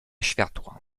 światła